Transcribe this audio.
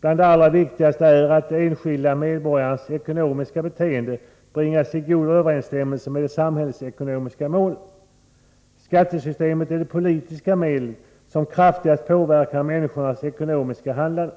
Bland det allra viktigaste är att de enskilda medborgarnas ekonomiska beteende bringas i god överensstämmelse med de samhällsekonomiska målen. Skattesystemet är det politiska medel som kraftigast påverkar människors ekonomiska handlande.